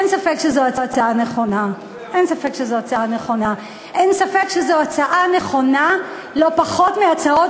אין ספק שזו הצעה נכונה לא פחות מהצעות